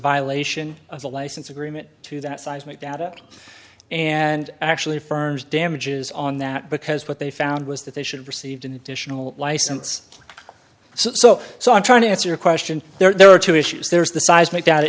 violation of the license agreement to that seismic data and actually affirms damages on that because what they found was that they should received an additional license so so i'm trying to answer your question there are two issues there's the seismic